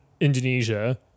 Indonesia